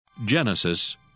Genesis